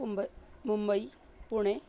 Mumbai Mumbai Pune